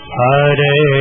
hare